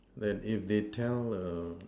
that if they tell err